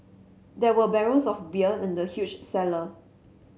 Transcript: there were barrels of bear in the huge cellar